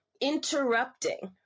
interrupting